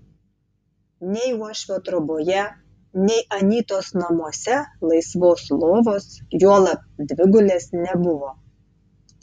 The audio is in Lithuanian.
nei uošvio troboje nei anytos namuose laisvos lovos juolab dvigulės nebuvo